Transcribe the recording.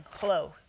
Hello